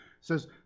says